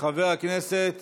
חבר הכנסת